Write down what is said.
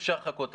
אפשר לחכות,